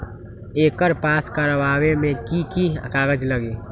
एकर पास करवावे मे की की कागज लगी?